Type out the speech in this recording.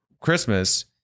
Christmas